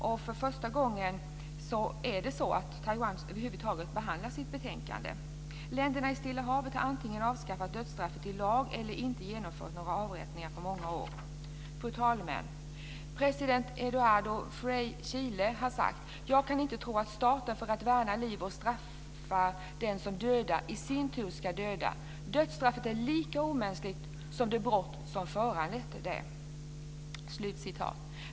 Det är första gången som Taiwan över huvud taget behandlas i ett betänkande. Länderna i Stilla havet har antingen avskaffat dödsstraffet i lag eller inte genomfört några avrättningar på många år. Fru talman! President Eduardo Frei i Chile har sagt att: "Jag kan inte tro att staten, för att värna liv och straffa den som dödar, i sin tur ska döda. Dödsstraffet är lika omänskligt som det brott som föranleder det."